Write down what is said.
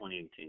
2018